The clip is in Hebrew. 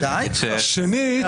שנית,